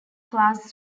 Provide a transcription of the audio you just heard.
class